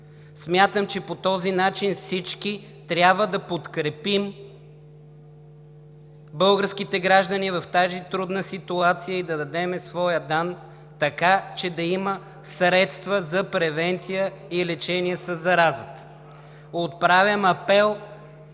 Смятам, че по този начин всички трябва да подкрепим българските граждани в тази трудна ситуация и да дадем своя дан, така че да има средства за превенция и лечение със заразата. Отправям апел